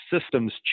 systems